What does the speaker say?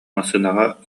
массыынаҕа